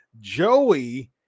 Joey